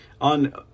on